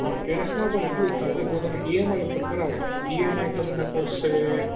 હા કેસ માં પણ એટલું જ થાશે જો તમે ઈએમઆઇ પર કરાવો તો ઇએમઆઇ તમને પડશે